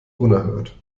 unerhört